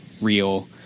real